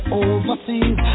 overseas